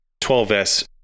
12S